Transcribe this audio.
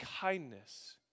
kindness